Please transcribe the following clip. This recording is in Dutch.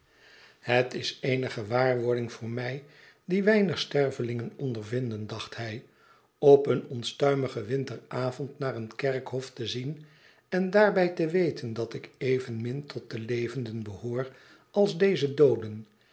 het is eene gewaarwording voor mij die weinig stervelingen ondervinden dacht hij op een onstuimigen winteravond naar een kerkhof te zien en daarbij te weten dat ik evenmin tot de levenden behoor als deze dooden